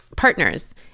partners